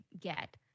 get